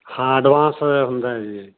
ਹਾਂ ਅਡਵਾਂਸ ਹੁੰਦਾ ਹੈ ਜੀ